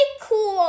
cool